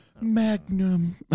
Magnum